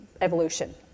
evolution